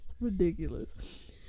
Ridiculous